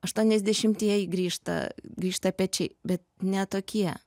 aštuoniasdešimtieji grįžta grįžta pečiai bet ne tokie